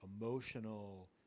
emotional